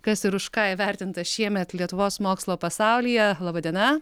kas ir už ką įvertinta šiemet lietuvos mokslo pasaulyje laba diena